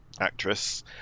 actress